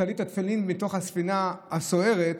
הטלית והתפילין מתוך הספינה הסוערת,